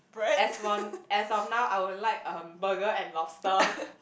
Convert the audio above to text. as for as of now I will like um burger and lobster